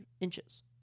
inches